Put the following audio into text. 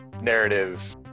narrative